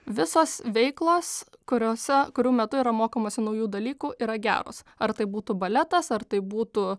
visos veiklos kuriose kurių metu yra mokomasi naujų dalykų yra geros ar tai būtų baletas ar tai būtų